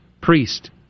priest